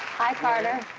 hi, carter.